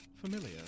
familiar